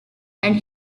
and